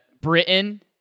Britain